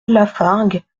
lafargue